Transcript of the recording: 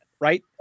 right